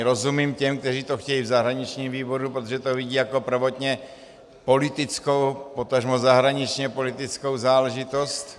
Rozumím těm, kteří to chtějí v zahraničním výboru, protože to vidí jako prvotně politickou, potažmo zahraničněpolitickou záležitost.